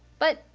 but,